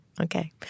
Okay